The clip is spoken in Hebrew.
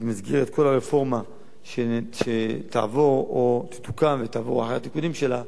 במסגרת כל הרפורמה שתעבור או תתוקן ותעבור אחרי התיקונים שלה,